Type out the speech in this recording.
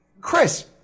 Chris